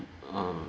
um